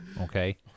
Okay